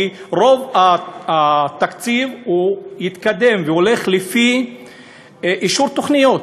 כי רוב התקציב יתקדם וילך לפי אישור תוכניות.